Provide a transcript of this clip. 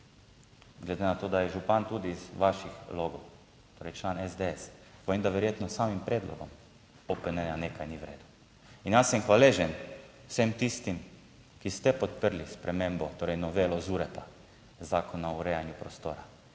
glede na to, da je župan tudi iz vaših logov, torej član SDS, vem, da verjetno s samim predlogom OPN nekaj ni v redu. In jaz sem hvaležen vsem tistim, ki ste podprli spremembo, torej novelo ZUREP-a, Zakona o urejanju prostora.